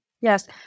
Yes